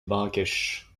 marrakech